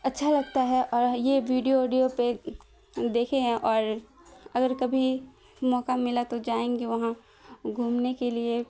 اچھا لگتا ہے اور یہ ویڈیو اوڈیو پہ دیکھے ہیں اور اگر کبھی موقع ملا تو جائیں گے وہاں گھومنے کے لیے